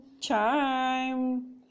Chime